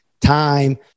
time